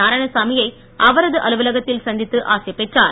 நாராயணசாமி யை அவரது அலுவலகத்தில் சந்தித்து ஆசி பெற்றார்